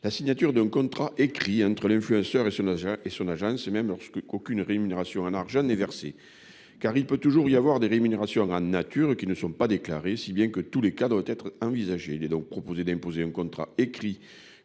la signature d'un contrat écrit entre l'influenceur et son agence, même lorsqu'aucune rémunération en argent n'est versée, car il peut toujours y avoir des rémunérations en nature qui ne sont pas déclarées et tous les cas doivent être envisagés. Il est donc proposé d'imposer un contrat écrit,